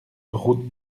route